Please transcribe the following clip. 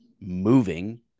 moving